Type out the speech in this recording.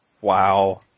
Wow